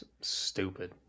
Stupid